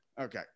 okay